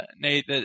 Nate